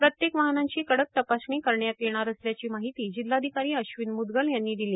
प्रत्येक वाहनांची कडक तपासणी करण्यात येणार असल्याची माहिती जिल्हाधिकारी अश्विन मूदगल यांनी दिली